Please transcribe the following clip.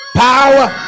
power